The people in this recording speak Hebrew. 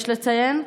יש לציין,